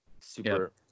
super